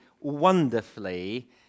wonderfully